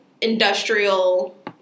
industrial